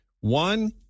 One